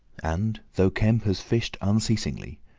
and though kemp has fished unceasingly,